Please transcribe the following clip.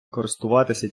користуватися